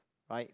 right